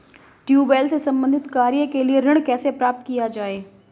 Tubewell से संबंधित कार्य के लिए ऋण कैसे प्राप्त किया जाए?